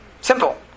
Simple